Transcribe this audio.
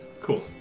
cool